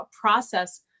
process